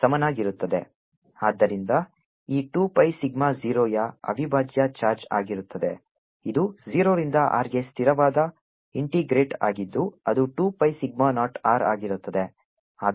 dr×0r2π0dr ಆದ್ದರಿಂದ ಈ 2 pi sigma 0 ಯ ಅವಿಭಾಜ್ಯ ಚಾರ್ಜ್ ಆಗಿರುತ್ತದೆ ಇದು 0 ರಿಂದ r ಗೆ ಸ್ಥಿರವಾದ ಇಂಟಿಗ್ರೇಟ್ ಆಗಿದ್ದು ಅದು 2 pi ಸಿಗ್ಮಾ ನಾಟ್ R ಆಗಿರುತ್ತದೆ